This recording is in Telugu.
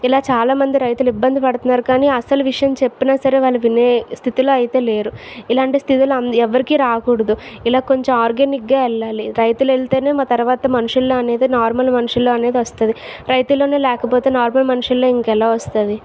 ఇలా చాలామంది రైతులు ఇబ్బంది పడుతున్నారు కానీ అసలు విషయం చెప్పిన సరే వాళ్ళు వినే స్థితిలో అయితే లేరు ఇలాంటి స్థితిలో ఎవరికి రాకూడదు ఇలా కొంచెం ఆర్గానిక్ గా వెళ్ళాలి రైతులు వెళ్తేనే మా తర్వాత మనుషుల్లా అనేది నార్మల్ మనుషుల్లా అనేది వస్తుంది రైతుల్లోనే లేకపోతే నార్మల్ మనుషుల్లో ఇంకా ఎలా వస్తుంది